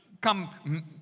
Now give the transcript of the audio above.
come